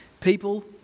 people